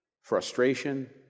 Frustration